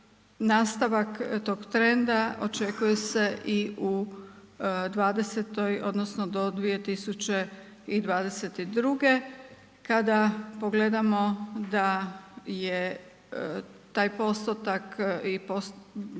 nastavak tog trenda očekuje se i u '20.-toj odnosno do 2022. kada pogledamo da je taj postotak preko